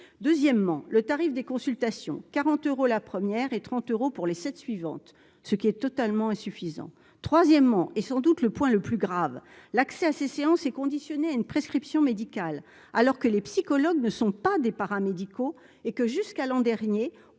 deuxièmement, le tarif des consultations quarante euros la première et 30 euros pour les 7 suivante, ce qui est totalement insuffisant, troisièmement, et sans doute le point le plus grave, l'accès à ces séances est conditionné à une prescription médicale, alors que les psychologues ne sont pas des paramédicaux et que, jusqu'à l'an dernier,